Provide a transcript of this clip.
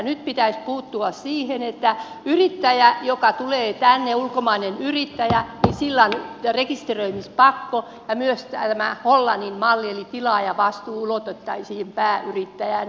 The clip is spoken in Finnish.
nyt pitäisi puuttua siihen että yrittäjällä joka tulee tänne ulkomaisella yrittäjällä on rekisteröimispakko ja myös tämä hollannin malli eli tilaajavastuu ulotettaisiin pääyrittäjään